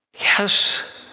Yes